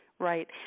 Right